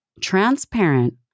transparent